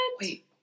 Wait